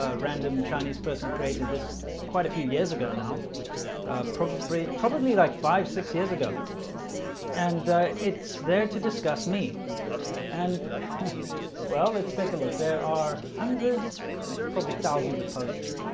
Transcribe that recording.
ah random chinese person created this quite a few years ago now probably probably like five six years ago and it's there to discuss me and well, let's take a look there are hundreds probably thousands of posts,